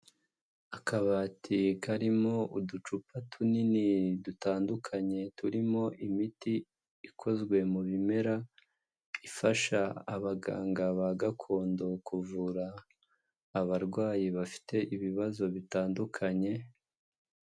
Akabati karimo uducupa tunini dutandukanye turimo imiti ikozwe mu bimera, ifasha abaganga ba gakondo kuvura abarwayi bafite ibibazo bitandukanye.